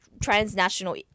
transnational